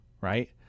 right